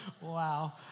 Wow